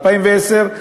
ב-2010,